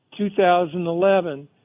2011